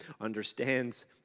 understands